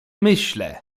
myślę